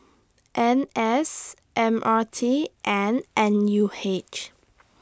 N S M R T and N U H